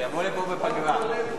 תרחמו אתם עלינו,